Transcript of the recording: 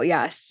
Yes